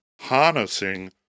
harnessing